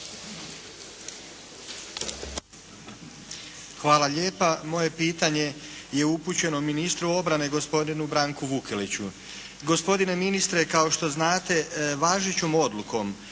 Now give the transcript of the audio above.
Hvala lijepa. Moje pitanje je upućeno ministru obrane gospodinu Branku Vukeliću. Gospodine ministre! Kao što znate važećom Odlukom